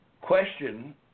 question